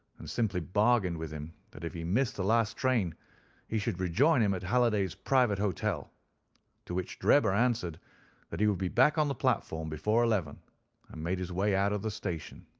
and simply bargained with him that if he missed the last train he should rejoin him at halliday's private hotel to which drebber answered that he would be back on the platform before eleven, and made his way out of the station.